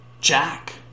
Jack